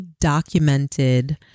documented